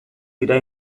dira